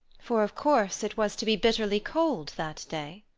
for, of course, it was to be bitterly cold that day?